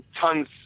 Tons